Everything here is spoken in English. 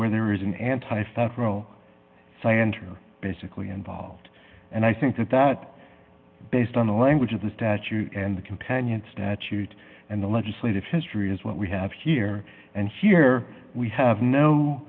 where there is an anti federal scienter basically involved and i think that that based on the language of the statute and the companion statute and the legislative history is what we have here and here we have no